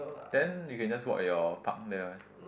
then you can just walk at your park there one